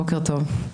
בוקר טוב,